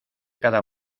cada